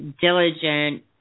diligent